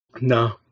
No